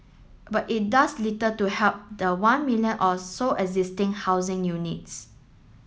but it does little to help the one million or so existing housing units